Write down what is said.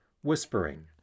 whispering